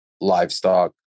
livestock